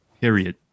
Period